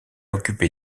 occupé